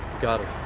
got it.